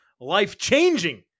life-changing